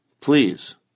Please